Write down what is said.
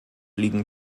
liegen